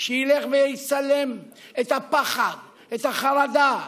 שילך ויצלם את הפחד, את החרדה,